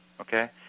Okay